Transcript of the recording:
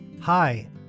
Hi